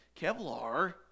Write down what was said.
Kevlar